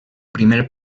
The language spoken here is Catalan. primer